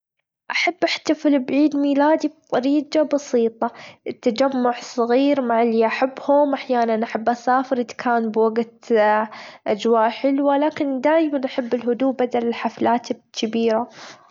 أحب أحتفل بعيد ميلادي بطريجة بسيطة التجمع صغير مع اللي أحبهم، احيانًا أحب أسافر إذ كان بوجت أجواء حلوة لكن دايمًا أحب الهدوء بدل الحفلات التبيرة.